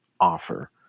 offer